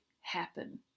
happen